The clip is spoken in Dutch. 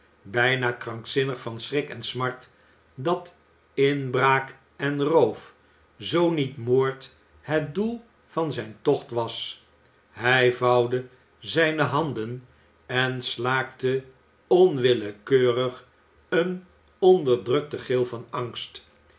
bijna krankzinnig van schrik en smart dat inbraak en roof zoo niet moord het doel van zijn tocht was hij vouwde zijne handen en slaakte onwillekeurig een onderdrukten gil van angst